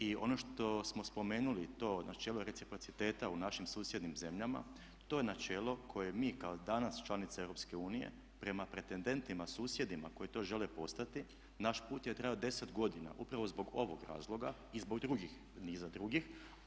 I ono što smo spomenuli to načelo reciprociteta u našim susjednim zemljama, to načelo koje mi kao danas članica EU prema pretendentima susjedima koji to žele postati naš put je trajao 10 godina upravo zbog ovog razloga i zbog drugih, niza drugih.